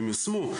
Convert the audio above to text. הם יושמו.